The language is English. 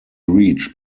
reached